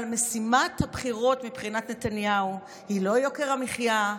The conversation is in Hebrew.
אבל משימת הבחירות מבחינת נתניהו היא לא יוקר המחיה,